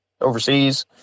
overseas